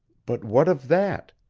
but what of that?